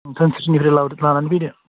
धोनसिरिनिखौनो लानानै फैदो